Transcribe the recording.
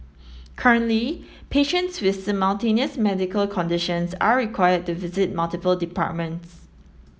currently patients with simultaneous medical conditions are required to visit multiple departments